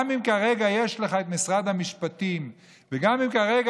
גם אם כרגע יש לך את משרד המשפטים וגם אם כרגע